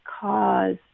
cause